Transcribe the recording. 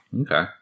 Okay